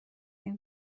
این